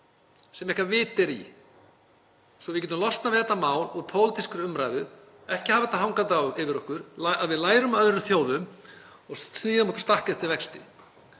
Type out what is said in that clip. sem eitthvert vit er í svo við getum losnað við þetta mál úr pólitískri umræðu, ekki hafa þetta hangandi yfir okkur. Að við lærum af öðrum þjóðum og sníðum okkur stakk eftir vexti.